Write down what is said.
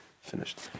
Finished